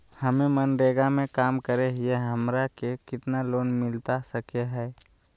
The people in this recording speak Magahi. हमे मनरेगा में काम करे हियई, हमरा के कितना लोन मिलता सके हई?